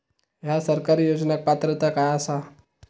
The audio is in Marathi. हया सरकारी योजनाक पात्रता काय आसा?